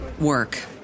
work